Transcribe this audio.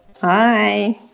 Hi